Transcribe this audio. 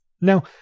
Now